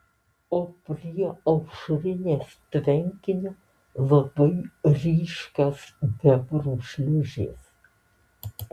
o prie aušrinės tvenkinio labai ryškios bebrų šliūžės